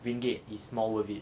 ringgit is more worth it